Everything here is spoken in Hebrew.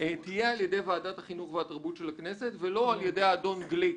תהיה על ידי ועדת החינוך והתרבות של הכנסת ולא על ידי האדון גליק,